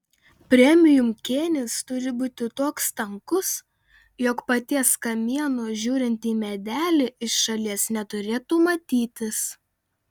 premium kėnis turi būti toks tankus jog paties kamieno žiūrint į medelį iš šalies neturėtų matytis